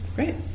Great